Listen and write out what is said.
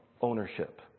ownership